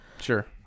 Sure